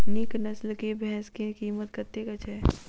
नीक नस्ल केँ भैंस केँ कीमत कतेक छै?